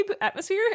atmosphere